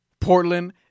Portland